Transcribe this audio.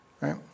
right